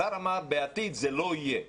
השר אמר שבעתיד זה לא יהיה,